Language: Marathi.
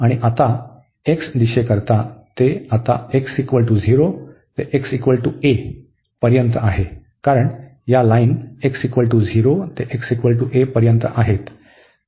आणि आता x दिशेकरीता ते आता x0 ते xa पर्यंत आहे कारण या लाईन x0 ते xa पर्यंत आहेत